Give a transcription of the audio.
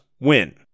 win